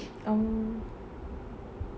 oh